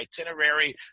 itinerary